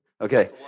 okay